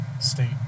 state